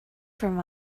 from